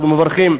אנחנו מברכים.